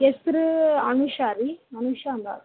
ಹೆಸ್ರು ಅನುಷಾ ರೀ ಅನುಶಾಂಬಾ